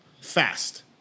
Fast